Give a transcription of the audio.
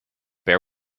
bear